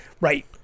Right